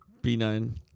B9